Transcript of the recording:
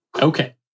Okay